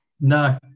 no